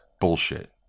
bullshit